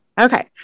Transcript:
Okay